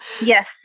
Yes